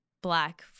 black